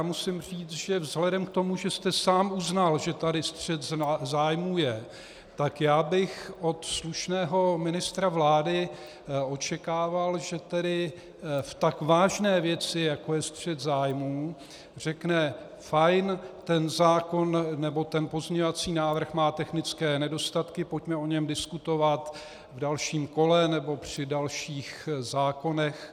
Musím říct, že vzhledem k tomu, že jste sám uznal, že tady střet zájmů je, tak já bych od slušného ministra vlády očekával, že tedy v tak vážné věci, jako je střet zájmů, řekne: fajn, ten zákon nebo pozměňovací návrh má technické nedostatky, pojďme o něm diskutovat v dalším kole nebo při dalších zákonech.